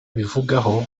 abivugaho